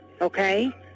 Okay